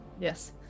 Yes